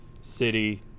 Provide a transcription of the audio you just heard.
city